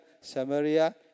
Samaria